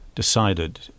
decided